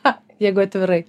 o jeigu atvirai